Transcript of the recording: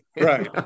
Right